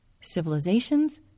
civilizations